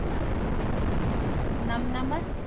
نَمنَمَتھ